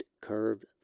curved